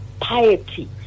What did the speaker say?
piety